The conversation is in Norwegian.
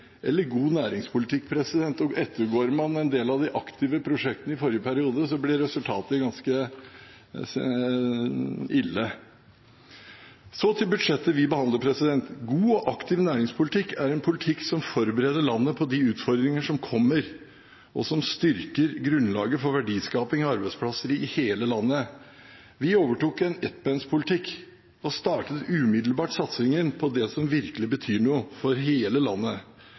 eller god næringspolitikk, og ettergår man en del av de aktive prosjektene i forrige periode, blir resultatet ganske ille. Så til budsjettet vi behandler. God og aktiv næringspolitikk er en politikk som forbereder landet på utfordringer som kommer, og som styrker grunnlaget for verdiskaping og arbeidsplasser i hele landet. Vi overtok en ettbenspolitikk og startet umiddelbart satsingen på det som virkelig betyr noe for hele landet: